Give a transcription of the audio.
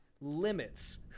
limits